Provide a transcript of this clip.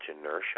inertia